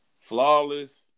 flawless